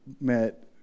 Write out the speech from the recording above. met